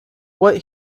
what